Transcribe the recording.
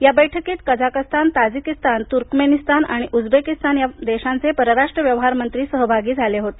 या बैठकीत Kazakhstan Tajikistan Turkmenistan आणि उझबेकिस्तान या देशांचे परराष्ट्र व्यवहार मंत्री सहभागी झाले होते